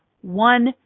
one